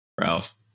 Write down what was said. Ralph